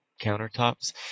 countertops